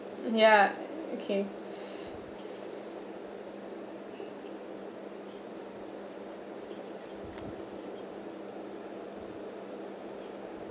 ya okay